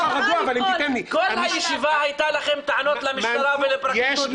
כל הישיבה הייתה לכם טענה למשטרה ולפרקליטות